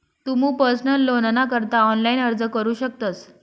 तुमू पर्सनल लोनना करता ऑनलाइन अर्ज करू शकतस